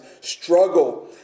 Struggle